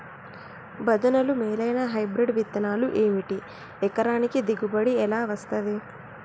భజనలు మేలైనా హైబ్రిడ్ విత్తనాలు ఏమిటి? ఎకరానికి దిగుబడి ఎలా వస్తది?